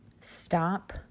Stop